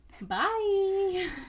bye